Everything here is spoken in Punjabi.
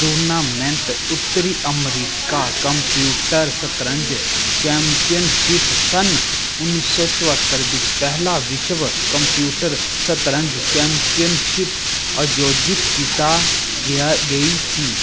ਟੂਰਨਾਮੈਂਟ ਉੱਤਰੀ ਅਮਰੀਕਾ ਕੰਪਿਊਟਰ ਸ਼ਤਰੰਜ ਚੈਂਪੀਅਨਸ਼ਿਪ ਸੰਨ ਉੱਨੀ ਸੌ ਚੁਹੱਤਰ ਵਿੱਚ ਪਹਿਲਾ ਵਿਸ਼ਵ ਕੰਪਿਊਟਰ ਸ਼ਤਰੰਜ ਚੈਂਪੀਅਨਸ਼ਿਪ ਅਯੋਜਿਤ ਕੀਤਾ ਗਿਆ ਗਈ ਸੀ